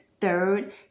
Third